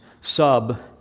sub